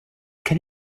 can